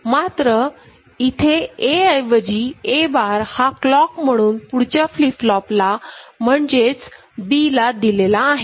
मात्र इथेच A ऐवजी A बार हा क्लॉक म्हणून पुढच्या फ्लिप फ्लॉपला म्हणजेच B ला दिलेला आहे